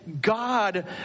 God